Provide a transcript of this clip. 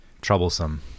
troublesome